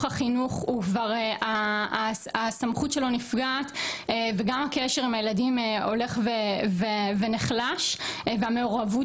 החינוך והסמכות שלו נפגעת וגם הקשר עם הילדים הולך ונחלש והמעורבות